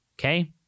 Okay